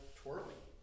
twirling